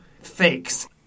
fakes